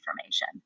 information